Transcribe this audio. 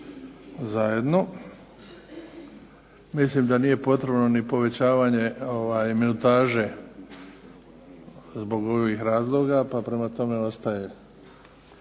zajedno. Mislim da nije potrebno ni povećavanje minutaže zbog ovih razloga, pa prema tome ostaje